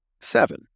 seven